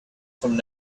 from